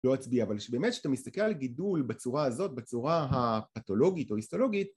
לא אצביע, אבל שבאמת שאתה מסתכל על גידול בצורה הזאת, בצורה הפתולוגית או היסטולוגית